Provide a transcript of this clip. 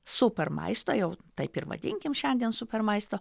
super maisto jau taip ir vadinkim šiandien super maisto